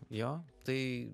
jo tai